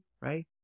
right